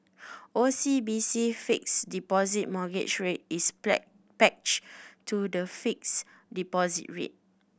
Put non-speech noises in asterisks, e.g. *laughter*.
O C B C Fixed Deposit Mortgage Rate is *unintelligible* pegged to the fixed deposit rate